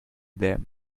them